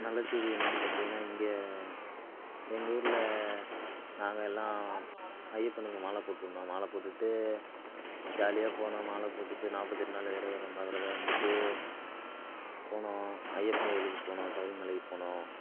நல்ல செய்தி என்னென்னு பார்த்தீங்கன்னா இங்கே எங்கள் ஊரில் நாங்கள் எல்லாம் ஐயப்பனுக்கு மாலை போட்டுயிருந்தோம் மாலை போட்டுட்டு ஜாலியாக போனோம் மாலை போட்டுட்டு நாற்பத்தி எட்டு நாள் விரதம் இருந்தோம் விரதம் இருந்துட்டு போனோம் ஐயப்பன் கோவிலுக்கு போனோம் சபரிமலைக்கு போனோம்